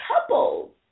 couples